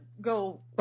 go